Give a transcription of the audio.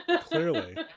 Clearly